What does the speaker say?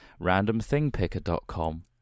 randomthingpicker.com